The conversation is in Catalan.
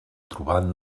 trobant